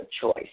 choice